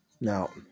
Now